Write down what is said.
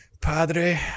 padre